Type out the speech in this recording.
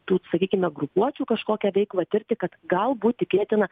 tų sakykime grupuočių kažkokią veiklą tirti kad galbūt tikėtina